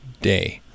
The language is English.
day